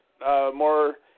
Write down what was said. more